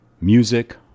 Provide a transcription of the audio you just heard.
music